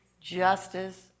justice